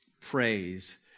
praise